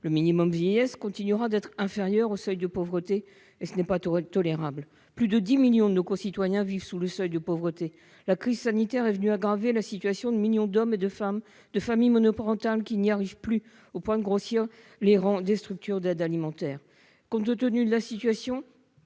Le minimum vieillesse continuera d'être inférieur au seuil de pauvreté- ce n'est pas tolérable ! Plus de 10 millions de nos concitoyens vivent sous le seuil de pauvreté. La crise sanitaire est venue aggraver la situation de millions d'hommes et de femmes. Je pense notamment aux familles monoparentales, qui peinent à boucler leur budget au point de grossir les rangs des structures d'aide alimentaire. Compte tenu de cette situation,